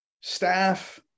staff